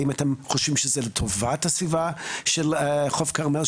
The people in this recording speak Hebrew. האם אתם חושבים שזה לטובת הסביבה של חוף הכרמל,